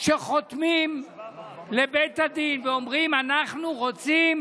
שחותמים לבית הדין ואומרים: אנחנו רוצים